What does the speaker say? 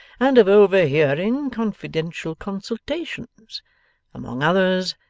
and of overhearing confidential consultations among others,